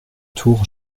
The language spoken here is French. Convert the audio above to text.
tour